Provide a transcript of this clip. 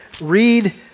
Read